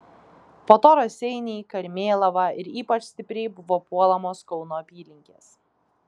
po to raseiniai karmėlava ir ypač stipriai buvo puolamos kauno apylinkės